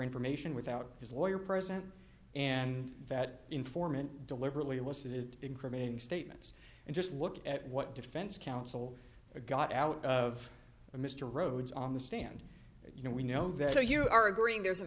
information without his lawyer present and that informant deliberately elicited incriminating statements and just look at what defense counsel got out of mr rhodes on the stand you know we know that so you are agreeing there is a